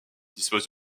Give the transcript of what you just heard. dispose